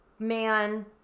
Man